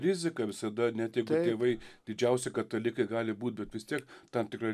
rizika visada net jeigu tėvai didžiausi katalikai gali būti bet vis tiek tam tikra